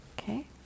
Okay